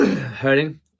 hurting